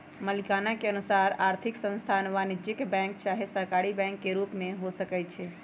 मलिकाना के अनुसार आर्थिक संस्थान वाणिज्यिक बैंक चाहे सहकारी बैंक के रूप में हो सकइ छै